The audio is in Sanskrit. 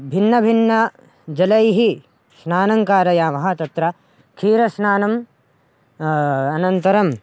भिन्नभिन्नजलैः स्नानं कारयामः तत्र क्षीरस्नानम् अनन्तरम्